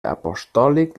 apostòlic